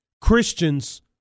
Christians